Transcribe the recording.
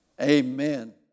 Amen